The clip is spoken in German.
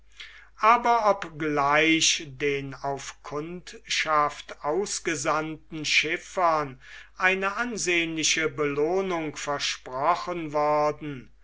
aber obgleich den auf kundschaft ausgesandten schiffern eine ansehnliche belohnung versprochen worden